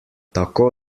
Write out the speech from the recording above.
tako